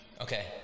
Okay